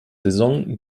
saison